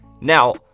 Now